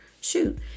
shoot